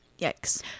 Yikes